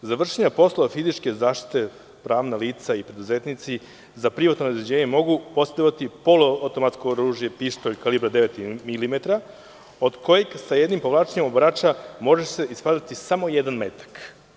On glasi – za vršenje poslova fizičke zaštite pravna lica i preduzetnici za privatno obezbeđenje mogu posedovati poluautomatsko oružje, pištolj kalibra 9mm, kod kojeg se jednim povlačenjem obarača može ispaliti samo jedan metak.